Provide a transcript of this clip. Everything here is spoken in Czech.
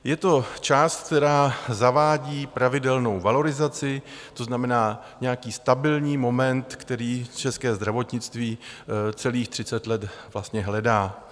Je to část, která zavádí pravidelnou valorizaci, to znamená nějaký stabilní moment, který české zdravotnictví celých třicet let vlastně hledá.